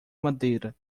madeira